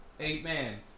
Amen